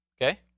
okay